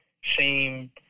shame